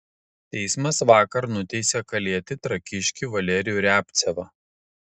teismas vakar nuteisė kalėti trakiškį valerijų riabcevą